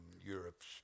Europe's